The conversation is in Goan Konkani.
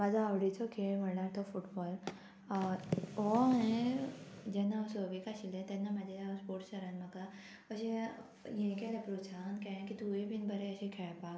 म्हाजो आवडीचो खेळ म्हणल्यार तो फुटबॉल हो हांवें जेन्ना हांव सवेक आशिल्ले तेन्ना म्हाज्या स्पोर्टसरान म्हाका अशें हें केलें प्रोत्साहन केलें की तुवें बीन बरें अशें खेळपाक